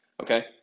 Okay